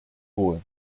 wohl